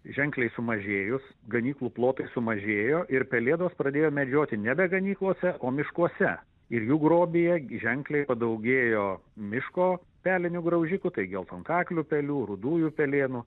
ženkliai sumažėjus ganyklų plotai sumažėjo ir pelėdos pradėjo medžioti nebe ganyklose o miškuose ir jų grobyje ženkliai padaugėjo miško pelinių graužikų tai geltonkaklių pelių rudųjų pelėnų